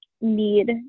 need